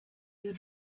your